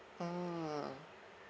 mmhmm